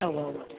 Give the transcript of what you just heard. അ ഉവ്വവ്വ്